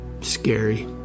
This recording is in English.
Scary